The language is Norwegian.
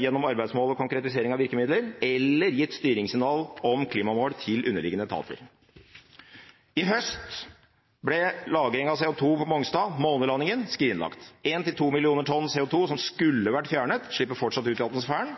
gjennom arbeidsmål og konkretisering av virkemidler eller gitt styringssignal om klimamål til underliggende etater. I høst ble lagring av CO2 på Mongstad – månelandingen – skrinlagt. 1–2 millioner tonn CO2 som skulle vært fjernet, slippes fortsatt